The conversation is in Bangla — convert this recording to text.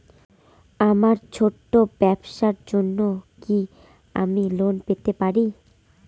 আমার ছোট্ট ব্যাবসার জন্য কি আমি লোন পেতে পারি?